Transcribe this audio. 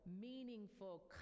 meaningful